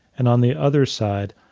and on the other side,